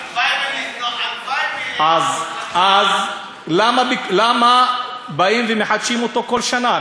הלוואי, הלוואי, אז למה באים ומחדשים אותו כל שנה?